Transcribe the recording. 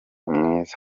mwiza